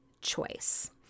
choice